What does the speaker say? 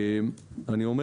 אני אומר